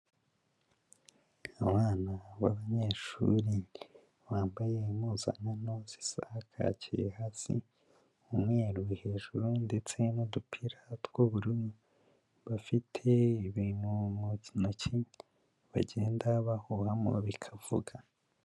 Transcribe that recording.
Abana b'abanyeshuri bambaye impuzankano zisa kaki hasi, umweru hejuru ndetse n'udupira tw'ubururu, bafite ibintu mu ntoki bagenda bahuhamo bikavuga.